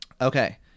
Okay